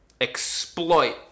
exploit